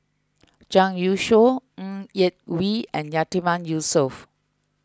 Zhang Youshuo Ng Yak Whee and Yatiman Yusof